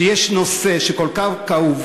כשיש נושא כל כך כאוב,